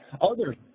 Others